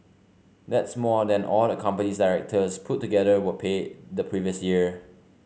that's more than all the company's directors put together were paid the previous year